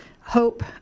Hope